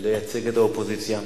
לייצג את האופוזיציה.